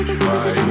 try